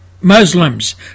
Muslims